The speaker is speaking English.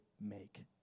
make